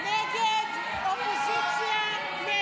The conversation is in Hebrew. הצבעה מס' 89 בעד סעיף 52,